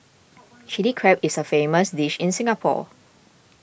Chilli Crab is a famous dish in Singapore